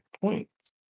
points